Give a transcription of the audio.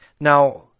Now